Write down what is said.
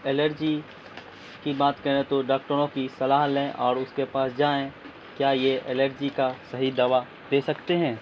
allergy کی بات کریں تو ڈاکٹروں کی صلاح لیں اور اس کے پاس جائیں کیا یہ الرجی کا صحیح دوا دے سکتے ہیں